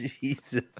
Jesus